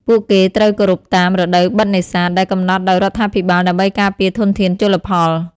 ពួកគេត្រូវគោរពតាម រដូវបិទនេសាទ ដែលកំណត់ដោយរដ្ឋាភិបាលដើម្បីការពារធនធានជលផល។